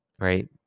right